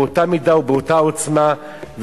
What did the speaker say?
באותה מידה ובאותה עוצמה,